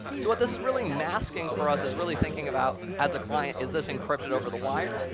so what this is really masking for us is really thinking about, as a client, is this encrypted over the wire?